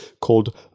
called